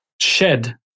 shed